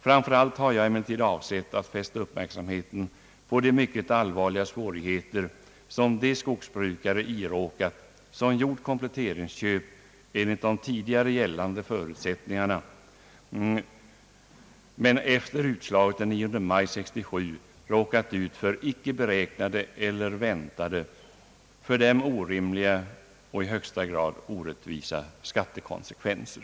Framför allt har jag emellertid avsett att fästa uppmärksamheten på de mycket allvarliga svårigheter, som de skogsbrukare har råkat i som gjort kompletteringsköp enligt de tidigare gällande förutsättningarna men efter utslaget den 9 maj 1967 råkat ut för icke beräknade eller väntade, för dem orimliga och i högsta grad orättvisa skattekonsekvenser.